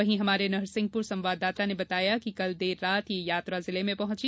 वहीं हमारे नरसिंहपुर संवाददाता ने बताया है कि कल देर रात ये यात्रा जिले में पहुंची